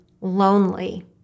lonely